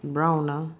brown ah